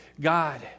God